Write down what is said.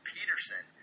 Peterson